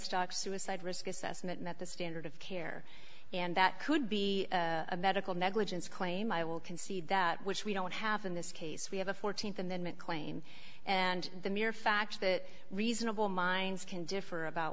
stock suicide risk assessment met the standard of care and that could be a medical negligence claim i will concede that which we don't have in this case we have a th amendment claim and the mere fact that reasonable minds can differ about